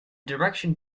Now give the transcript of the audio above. direction